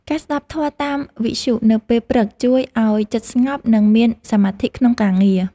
ការស្តាប់ធម៌តាមវិទ្យុនៅពេលព្រឹក ជួយឱ្យចិត្តស្ងប់ និងមានសមាធិក្នុងការងារ។